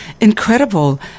incredible